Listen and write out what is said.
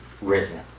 written